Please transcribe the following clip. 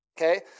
Okay